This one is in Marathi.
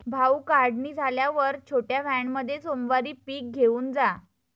भाऊ, काढणी झाल्यावर छोट्या व्हॅनमध्ये सोमवारी पीक घेऊन जा